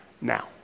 now